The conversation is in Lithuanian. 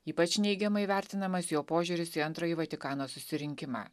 ypač neigiamai vertinamas jo požiūris į antrąjį vatikano susirinkimą